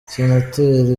senateri